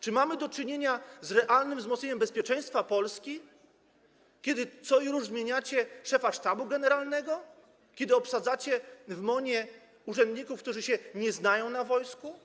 Czy mamy do czynienia z realnym wzmocnieniem bezpieczeństwa Polski, kiedy co rusz zmieniacie szefa Sztabu Generalnego, kiedy zatrudniacie w MON-ie urzędników, którzy się nie znają na wojsku?